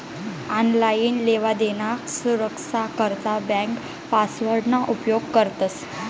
online लेवादेवाना सुरक्सा करता ब्यांक पासवर्डना उपेग करतंस